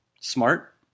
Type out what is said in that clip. Smart